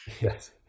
yes